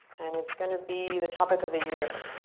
and it's gonna be the topic of the year.